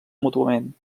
mútuament